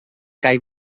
kaj